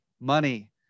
money